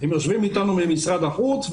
ממשרד החוץ,